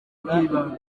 bw’ibanze